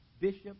bishop